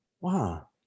wow